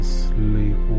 sleep